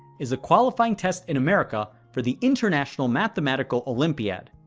is a qualifying test in america for the international mathematical olympiad.